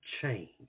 change